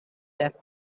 left